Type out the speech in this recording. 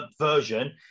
version